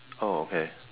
oh okay